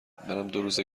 روزه